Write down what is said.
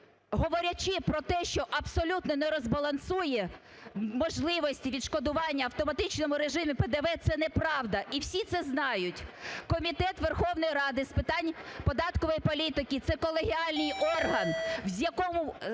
говорячи про те, що абсолютно не розбалансує можливості відшкодування в автоматичному режимі ПДВ, це неправда, і всі це знають. Комітет Верховної Ради з питань податкової політики – це колегіальний орган, в якому,